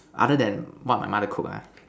other than what my mother cook ah